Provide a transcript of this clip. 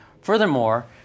furthermore